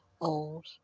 old